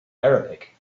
arabic